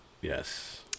yes